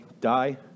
die